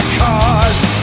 cause